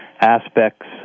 aspects